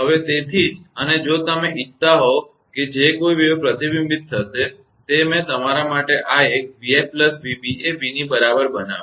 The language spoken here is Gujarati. હવે તેથી જ અને જો તમે ઇચ્છતા હોવ કે જે કોઇ વેવ પ્રતિબિંબિત થશે તે મેં તમારા માટે આ એક 𝑣𝑓 𝑣𝑏 એ v ની બરાબર બનાવ્યું છે છે